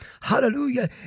Hallelujah